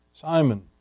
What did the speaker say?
Simon